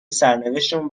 سرنوشتمون